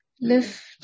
lift